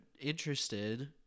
interested